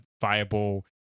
viable